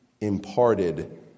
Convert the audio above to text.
imparted